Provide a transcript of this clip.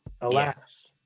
alas